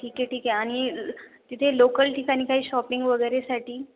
ठीक आहे ठीक आहे आणि तिथे लोकल ठिकाणी काही शॉपिंग वगैरेसाठी